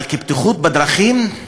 אבל בבטיחות בדרכים אתה